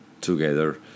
together